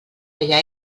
feia